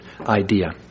idea